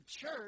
church